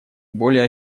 более